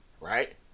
right